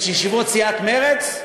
את ישיבות סיעת מרצ?